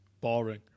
boring